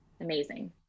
Amazing